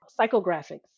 psychographics